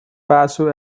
passive